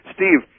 Steve